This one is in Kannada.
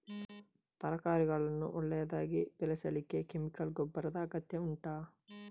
ತರಕಾರಿಗಳನ್ನು ಒಳ್ಳೆಯದಾಗಿ ಬೆಳೆಸಲಿಕ್ಕೆ ಕೆಮಿಕಲ್ ಗೊಬ್ಬರದ ಅಗತ್ಯ ಉಂಟಾ